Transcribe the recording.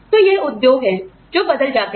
तो यह उद्योग हैं जो बदले जाते हैं